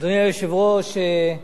אדוני היושב-ראש,